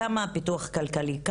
כמה הפיתוח הכלכלי,